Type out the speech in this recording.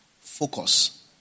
focus